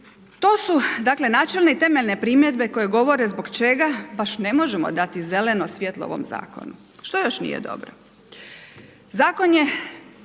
To su dakle, načelne i temeljne primjedbe koje govore zbog čega baš ne možemo dati zeleno svjetlo ovom zakonu. Što još nije dobro? Zakon je